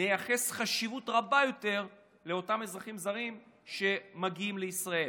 נייחס חשיבות רבה יותר לאותם אזרחים זרים שמגיעים לישראל,